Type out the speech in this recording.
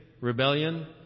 rebellion